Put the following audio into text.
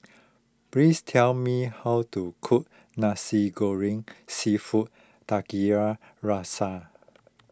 please tell me how to cook Nasi Goreng Seafood Tiga Rasa